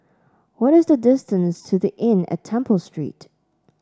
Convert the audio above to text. what is the distance to The Inn at Temple Street